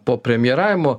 po premjeravimo